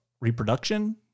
reproduction